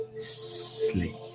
sleep